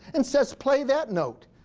and says, play that note.